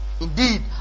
Indeed